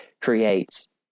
creates